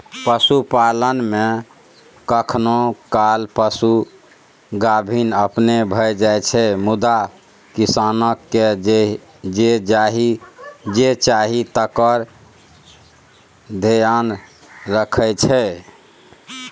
पशुपालन मे कखनो काल पशु गाभिन अपने भए जाइ छै मुदा किसानकेँ जे चाही तकर धेआन रखै छै